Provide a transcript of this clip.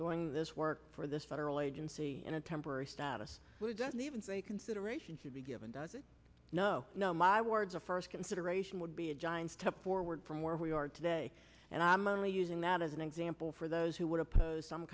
doing this work for this federal agency in a temporary status doesn't even say consideration should be given no no my words a first consideration would be a giant step forward from where we are today and i'm only using that as an example for those who would oppose some